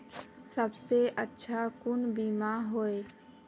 सबसे अच्छा कुन बिमा होय?